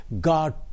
God